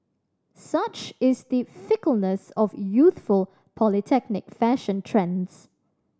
such is the fickleness of youthful polytechnic fashion trends